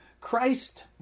Christ